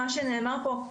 מה שנאמר פה,